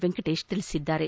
ವೆಂಕಟೇಶ್ ತಿಳಿಸಿದ್ದಾರೆ